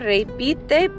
Repite